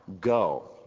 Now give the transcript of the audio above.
go